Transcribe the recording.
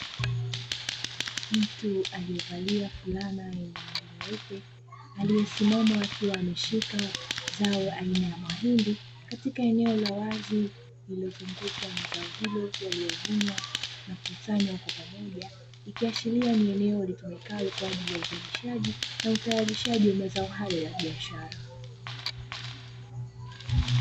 Mtu aliyevalia fulana yenye rangi nyeupe aliyesimama akiwa ameshika zao aina ya mahindi; katika eneo la wazi lililozungukwa na zao hilo yaliovunwa na kukusanywa kwa pamoja, ikiashiria ni eneo litumikalo kwa ajili ya uzalishaji na utayarishaji wa mazao hayo ya biashara.